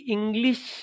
English